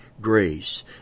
grace